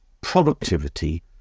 productivity